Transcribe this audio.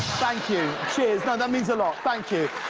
thank you, cheers, no, that means a lot, thank you.